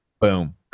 boom